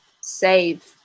save